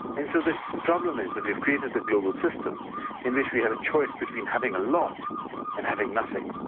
and so the the problem is that we have created the global system in which we have a choice between having a lot and having nothing.